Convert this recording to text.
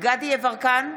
דסטה גדי יברקן,